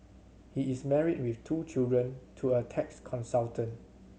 he is married with two children to a tax consultant